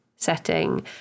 setting